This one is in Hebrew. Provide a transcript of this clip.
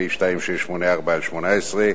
פ/2684/18,